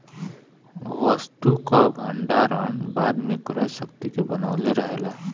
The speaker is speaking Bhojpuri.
वस्तु कअ भण्डारण बाद में क्रय शक्ति के बनवले रहेला